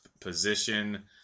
position